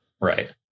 right